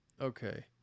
Okay